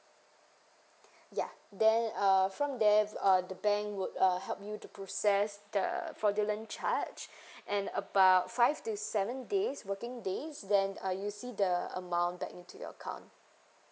ya then uh from there uh the bank would uh help you to process that fraudulent charge and about five to seven days working days then uh you'll see the amount back into your account